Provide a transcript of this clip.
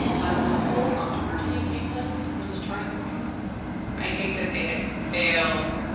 but the whole controversy, kait says, was a turning point i think that they had failed.